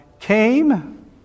came